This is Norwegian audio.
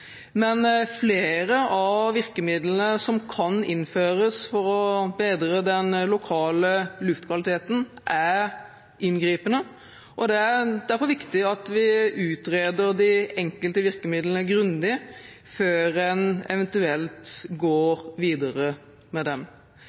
Men flere av virkemidlene som kan innføres for å bedre den lokale luftkvaliteten, er inngripende, og det er derfor viktig at vi utreder de enkelte virkemidlene grundig før en eventuelt går videre med dem.